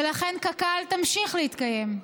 ולכן קק"ל תמשיך להתקיים.